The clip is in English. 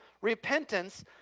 repentance